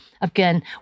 Again